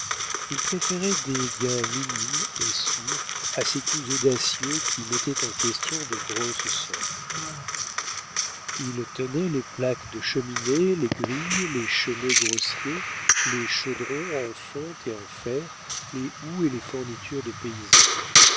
il préférait des gains minimes et sûrs à ces coups audacieux qui mettaient en question de grosses sommes il tenait les plaques de cheminée les grils les chenets grossiers les chaudrons en fonte et en fer les houes et les fournitures du paysan